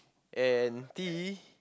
and T